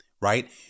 Right